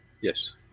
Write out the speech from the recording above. yes